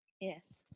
yes